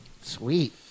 Sweet